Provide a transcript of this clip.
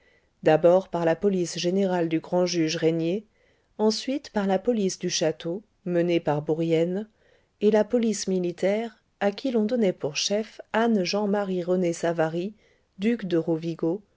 d'abord par la police générale du grand juge régnier ensuite par la police du château menée par bourienne et la police militaire à qui l'on donnait pour chef anne jean marie rené savary duc de rovigo